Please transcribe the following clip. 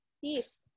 Peace